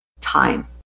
time